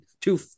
two